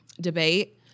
debate